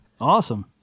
Awesome